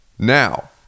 Now